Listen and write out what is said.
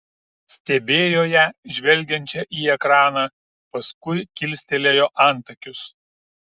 stebėjo ją žvelgiančią į ekraną paskui kilstelėjo antakius